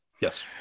Yes